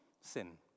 sin